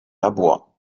labor